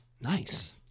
Nice